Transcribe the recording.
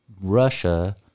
Russia